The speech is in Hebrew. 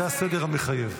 זה הסדר המחייב.